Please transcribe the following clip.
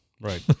Right